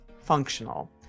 functional